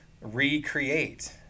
recreate